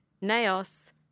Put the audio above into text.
NAOS